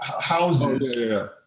houses